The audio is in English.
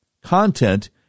content